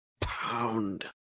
pound